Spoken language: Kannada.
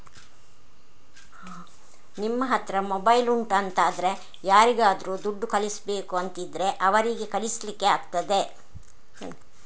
ನಿಮ್ಮ ಹತ್ರ ಮೊಬೈಲ್ ಉಂಟು ಅಂತಾದ್ರೆ ಯಾರಿಗಾದ್ರೂ ದುಡ್ಡು ಕಳಿಸ್ಬೇಕು ಅಂತಿದ್ರೆ ಅವರಿಗೆ ಕಳಿಸ್ಲಿಕ್ಕೆ ಆಗ್ತದೆ